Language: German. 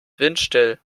windstill